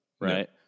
right